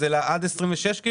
זה לכל ה-26?